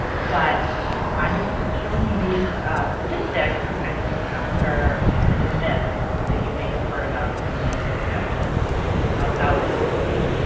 but i'm just showing you these statistics to kind of encounter the myth that you may have heard about and some of the misconceptions about social media.